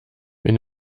wenn